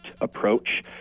approach